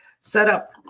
setup